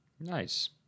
Nice